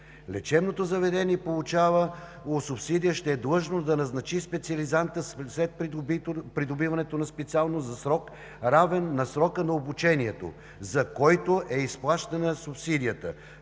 Лечебното заведение, получаващо субсидия, ще е длъжно да назначи специализанта след придобиването на специалност за срок, равен на срока на обучението, за който е изплащана субсидията,